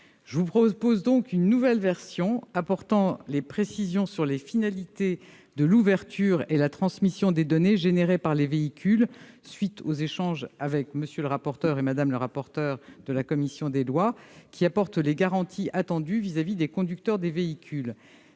Je propose donc une nouvelle version apportant des précisions sur les finalités de l'ouverture et de la transmission des données générées par les véhicules, à la suite des échanges que j'ai eus avec M. le rapporteur et Mme le rapporteur pour avis de la commission des lois. Elle apporte les garanties attendues à l'égard des conducteurs des véhicules.